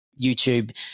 YouTube